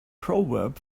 proverb